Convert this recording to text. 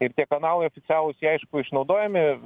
ir tie kanalai oficialūs jie aišku išnaudojami